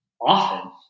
Often